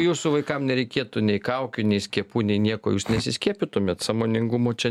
jūsų vaikam nereikėtų nei kaukių nei skiepų nei nieko jūs nesiskiepytumėt sąmoningumo čia